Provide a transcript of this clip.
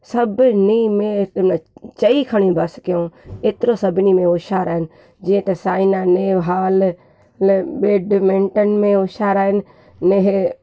सभिनी में अॼु कल्ह चई खणी बसि कयूं एतिरो सभिनी में होशयारु आहिनि जीअं त साइना नेहवाल बेडमिंटन में होशयारु आहिनि नेह